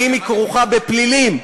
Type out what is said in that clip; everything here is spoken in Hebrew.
ואם היא כרוכה בפלילים,